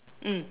mm